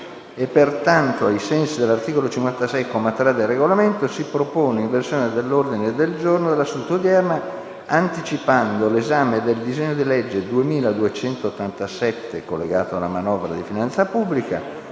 Pertanto, ai sensi dell'articolo 56, comma 3, del Regolamento si propone un'inversione dell'ordine del giorno della seduta odierna, anticipando l'esame del disegno di legge n. 2287 (collegato alla manovra di finanza pubblica),